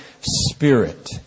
spirit